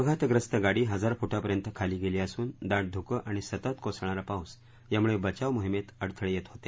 अपघातप्रस्त गाडी हजार फुटापर्यंत खाली गेली असून दाट धुकं आणि सतत कोसळणारा पाऊस यामुळे बचाव मोहिमेत अडथळे येत होते